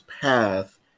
path